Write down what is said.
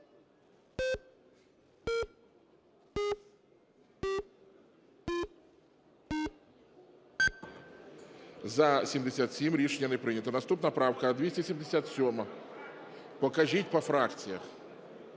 За-77 Рішення не прийнято. Наступна правка 277. Покажіть по фракціях,